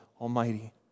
Almighty